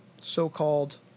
so-called